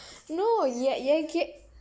no என் என் கேட்:en en keet